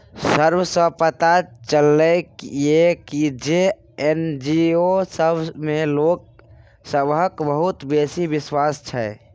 survey सँ पता चलले ये की जे एन.जी.ओ सब मे लोक सबहक बहुत बेसी बिश्वास छै